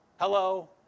Hello